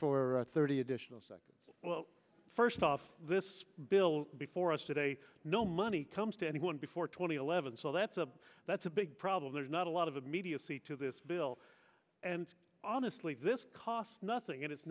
for thirty additional seconds well first off this bill before us today no money comes to anyone before two thousand and eleven so that's a that's a big problem there's not a lot of immediacy to this bill and honestly this costs nothing and it's